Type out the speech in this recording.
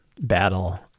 battle